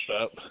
up